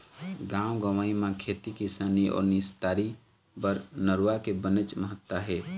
गाँव गंवई म खेती किसानी अउ निस्तारी बर नरूवा के बनेच महत्ता हे